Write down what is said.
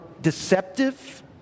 deceptive